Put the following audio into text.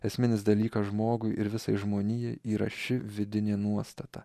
esminis dalykas žmogui ir visai žmonijai yra ši vidinė nuostata